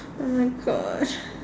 oh my God